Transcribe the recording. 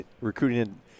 recruiting